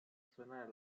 suonare